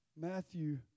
Matthew